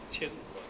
全本